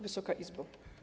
Wysoka Izbo!